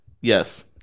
Yes